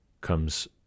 comes